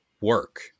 work